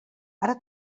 ara